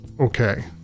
okay